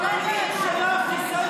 מה עשית בכנסת, גברת?